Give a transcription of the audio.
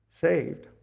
saved